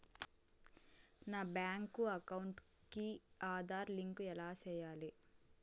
నా bank account కి Aadhaar link ఎలా సేయాలి